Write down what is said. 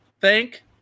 Thank